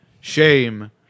shame